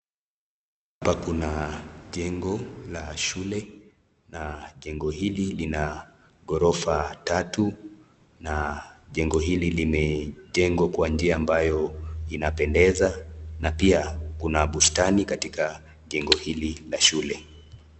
Hapa kuna jengo la shule na jengo hili lina ghorofa tatu na jengo hili limejengwa kwa njia ambayo inapendeza na pia kuna bustani katika jengo hili la shule.